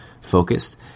focused